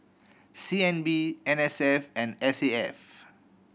C N B N S F and S A F